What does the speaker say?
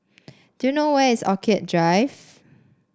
do you know where is Orchid Drive